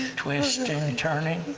twisting and turning,